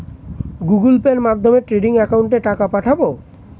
Google পের মাধ্যমে trading একাউন্টে টাকা পাঠাবো?